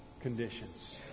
conditions